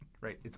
right